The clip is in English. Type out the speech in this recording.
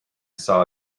saw